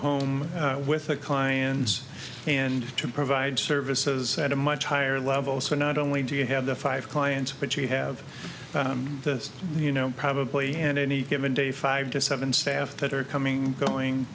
home with the clients and to provide services at a much higher level so not only do you have the five clients but you have the you know probably and any given day five to seven staff that are coming